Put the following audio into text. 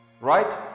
right